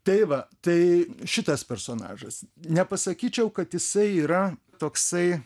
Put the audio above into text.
tai va tai šitas personažas nepasakyčiau kad jisai yra toksai